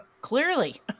Clearly